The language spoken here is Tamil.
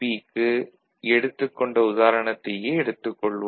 க்கு எடுத்துக் கொண்ட உதாரணத்தையே எடுத்துக் கொள்வோம்